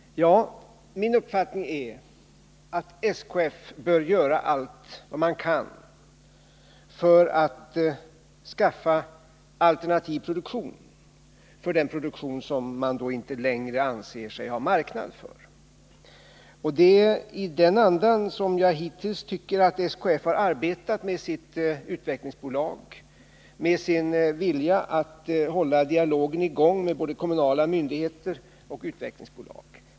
Ja, min uppfattning är att SKF gör allt vad man kan för att skaffa alternativ produktion i stället för den produktion som man då inte längre anser sig ha marknad för. Och det är i den andan som SKF hittills, tycker jag, har arbetat med sitt utvecklingsbolag, med sin vilja att hålla dialogen i gång med både kommunala myndigheter och utvecklingsbolag.